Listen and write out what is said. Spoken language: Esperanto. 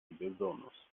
bezonos